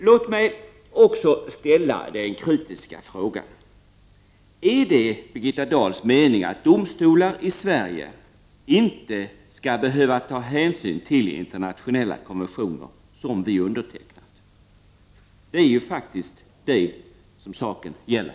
Låt mig också ställa den kritiska frågan: Är det Birgitta Dahls mening att domstolar i Sverige inte skall behöva ta hänsyn till internationella konventioner som vi undertecknat? Det är faktiskt det som saken gäller.